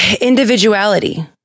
individuality